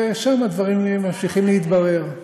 ושם הדברים ממשיכים להתברר.